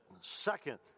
Second